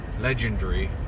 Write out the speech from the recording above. Legendary